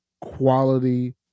quality